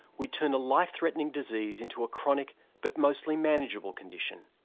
we'd turn a life-threatening disease into a chronic but mostly manageable condition.